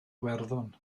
iwerddon